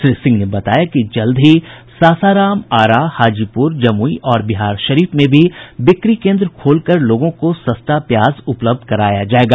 श्री सिंह ने बताया कि जल्द ही सासाराम आरा हाजीपुर जमुई और बिहारशरीफ में भी बिक्री केन्द्र खोलकर लोगों को सस्ता प्याज उपलब्ध कराया जायेगा